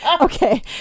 Okay